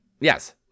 Yes